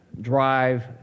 drive